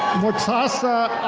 murtaza